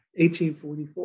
1844